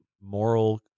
moral